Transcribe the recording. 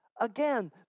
Again